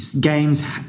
Games